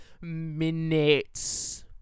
minutes